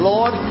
Lord